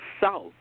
south